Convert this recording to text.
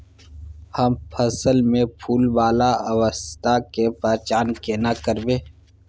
हम फसल में फुल वाला अवस्था के पहचान केना करबै?